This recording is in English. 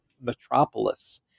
metropolis